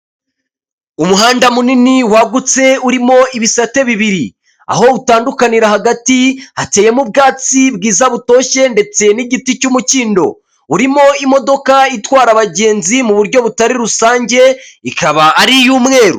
Umuhanda munini wagutse urimo ibisate bibiri, aho utandukanira hagati hateyemo ubwatsi bwiza butoshye ndetse n'igiti cy'umukindo, urimo imodoka itwara abagenzi mu buryo butari rusange ikaba ari iy'umweru.